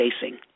facing